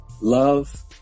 love